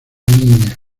niña